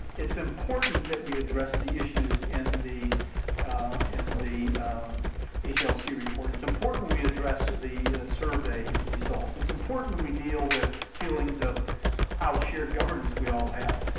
it's important that we address the issues in the in the hlc so report, it's important we address the survey results, it's important we deal with feelings of how shared governance we all have.